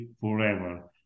forever